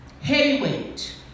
heavyweight